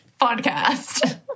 podcast